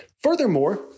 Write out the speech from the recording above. furthermore